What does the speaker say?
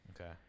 okay